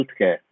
healthcare